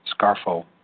Scarfo